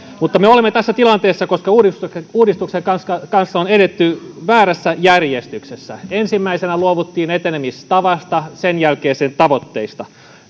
mutta me olemme tässä tilanteessa koska uudistuksen uudistuksen kanssa kanssa on edetty väärässä järjestyksessä ensimmäisenä luovuttiin etenemistavasta sen jälkeen sen tavoitteista